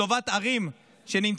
לטובת ערים שנמצאות